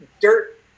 dirt